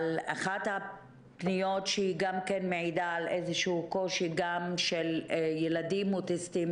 אבל אחת הפניות מעידה על איזשהו קושי גם של הילדים האוטיסטים